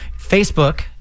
Facebook